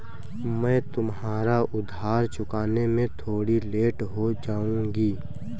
मैं तुम्हारा उधार चुकाने में थोड़ी लेट हो जाऊँगी